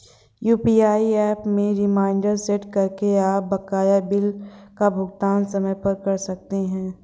UPI app में reminder set करके आप बकाया बिल का भुगतान समय पर कर सकते हैं